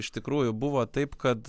iš tikrųjų buvo taip kad